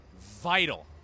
vital